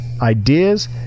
ideas